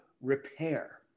repair